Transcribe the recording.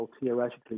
theoretically